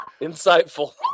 insightful